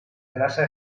grassa